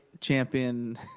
champion